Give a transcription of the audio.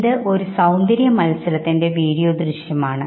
ഇതൊരു സൌന്ദര്യമത്സരത്തിന്റെ വീഡിയോ ദൃശ്യമാണ്